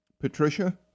Patricia